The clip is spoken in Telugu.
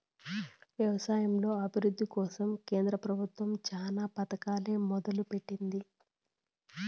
వ్యవసాయంలో అభివృద్ది కోసం కేంద్ర ప్రభుత్వం చానా పథకాలనే మొదలు పెట్టింది